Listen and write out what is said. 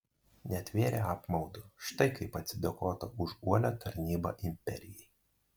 netvėrė apmaudu štai kaip atsidėkota už uolią tarnybą imperijai